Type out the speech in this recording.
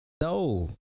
no